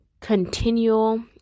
continual